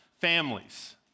families